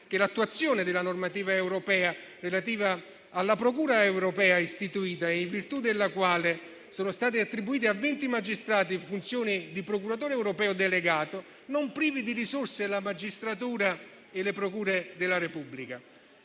che l'attuazione della normativa europea relativa alla procura europea istituita, e in virtù della quale sono stati attribuiti a venti magistrati funzioni di procuratore europeo delegato, non privi di risorse la magistratura e le procure della Repubblica.